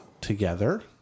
together